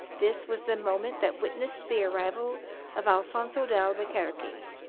this was the moment that witnessed the arrival of alfonzo d'albuquerque,